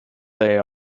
they